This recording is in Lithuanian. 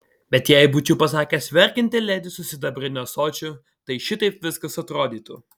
bet jei būčiau pasakęs verkianti ledi su sidabriniu ąsočiu tai šitaip viskas atrodytų